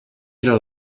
era